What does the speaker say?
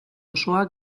osoa